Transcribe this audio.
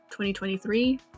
2023